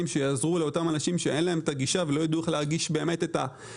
שיעזרו לאותם אנשים שאין להם את הגישה ולא ידעו איך להגיש את הערר,